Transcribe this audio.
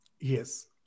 yes